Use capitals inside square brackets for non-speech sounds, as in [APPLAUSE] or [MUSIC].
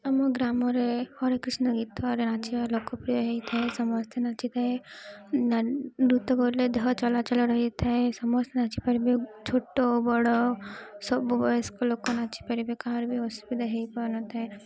ଆମ ଗ୍ରାମରେ ହରେ କୃଷ୍ଣ ଗୀତରେ ନାଚିବା ଲୋକପ୍ରିୟ ହେଇଥାଏ ସମସ୍ତେ ନାଚିଥାଏ [UNINTELLIGIBLE] ନୃତ୍ୟ ଗଲେ ଦେହ ଚଳାଚଳ ରହିଥାଏ ସମସ୍ତେ ନାଚିପାରିବେ ଛୋଟ ବଡ଼ ସବୁ ବୟସ୍କ ଲୋକ ନାଚିପାରିବେ କାହାର ବି ଅସୁବିଧା ହେଇପାରୁ ନଥାଏ